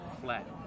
flat